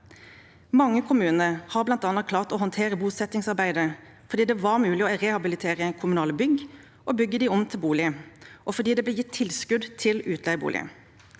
Mange kommuner har bl.a. klart å håndtere bosettingsarbeidet fordi det var mulig å rehabilitere kommunale bygg og bygge dem om til boliger, og fordi det ble gitt tilskudd til utleieboliger.